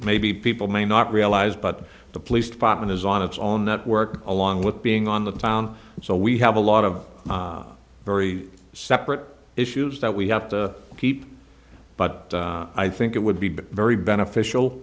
maybe people may not realize but the police department is on its own network along with being on the town and so we have a lot of very separate issues that we have to keep but i think it would be very beneficial